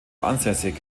ansässig